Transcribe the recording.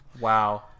Wow